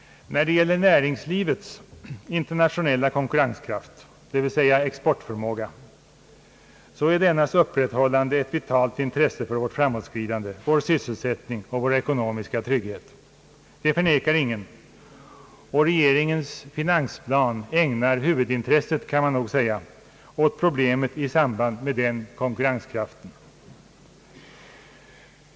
När det gäller näringslivets internationella konkurrenskraft, dvs. exportförmåga, så är dennas upprätthållande ett vitalt intresse för vårt framåtskridande, vår sysselsättning och vår ekonomiska trygghet. Det förnekar ingen och regeringens finansplan ägnar huvudintresset, kan man nog säga, åt problemet i samband med den konkurrenskraften.